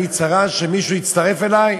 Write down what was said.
עיני צרה שמישהו יצטרף אלי?